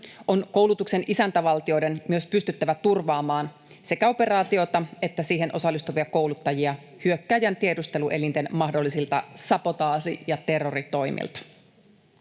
on koulutuksen isäntävaltioiden myös pystyttävä turvaamaan sekä operaatiota että siihen osallistuvia kouluttajia hyökkääjän tiedusteluelinten mahdollisilta sabotaasi- ja terroritoimilta.